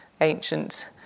ancient